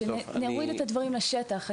כדי שנוריד את הדברים לשטח.